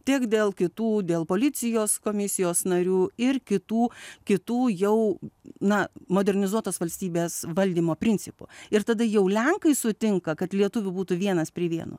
tiek dėl kitų dėl policijos komisijos narių ir kitų kitų jau na modernizuotos valstybės valdymo principų ir tada jau lenkai sutinka kad lietuvių būtų vienas prie vieno